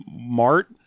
Mart